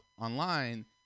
online